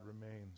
remains